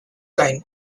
gain